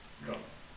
drop